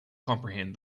comprehend